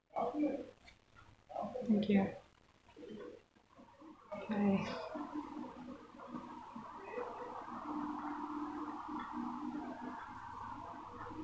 okay alright